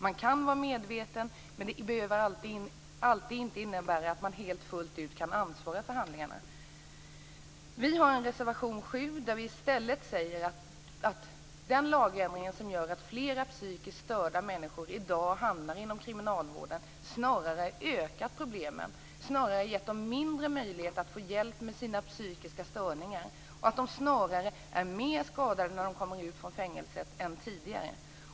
Man kan vara medveten, men det behöver inte alltid innebära att man fullt ut kan ansvara för handlingarna. Vi har en reservation, nr 7, där vi i stället säger att den lagändring som gör att flera psykiskt störda människor i dag hamnar inom kriminalvården snarare ökat problemen, snarare gett dem mindre möjlighet att få hjälp med sina psykiska störningar och att de snarare är mer skadade när de kommer ut från fängelset än tidigare.